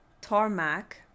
tarmac